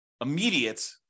immediate